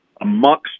amongst